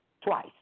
twice